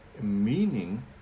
meaning